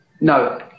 no